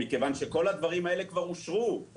מכיוון שכל הדברים האלה כבר אושרו.